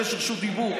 תבקש רשות דיבור.